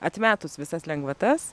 atmetus visas lengvatas